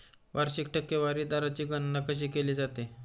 वार्षिक टक्केवारी दराची गणना कशी केली जाते?